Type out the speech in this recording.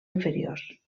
inferiors